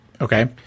Okay